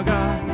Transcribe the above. God